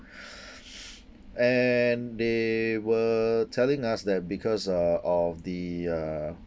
and they were telling us that because uh of the uh